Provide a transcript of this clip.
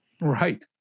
right